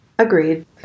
Agreed